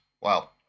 Wow